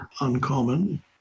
uncommon